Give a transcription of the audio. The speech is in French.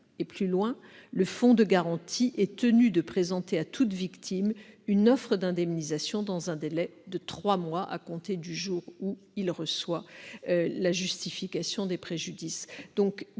[...]. Le fonds de garantie est tenu de présenter à toute victime une offre d'indemnisation dans un délai de trois mois à compter du jour où il reçoit de celle-ci la justification de ses préjudices.